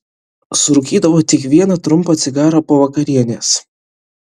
surūkydavo tik vieną trumpą cigarą po vakarienės